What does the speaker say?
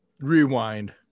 Rewind